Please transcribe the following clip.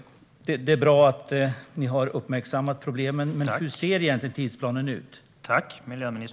Det är bra att ni har uppmärksammat problemen, men hur ser egentligen tidsplanen ut?